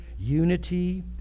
unity